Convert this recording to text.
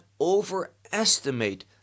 overestimate